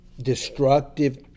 destructive